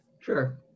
Sure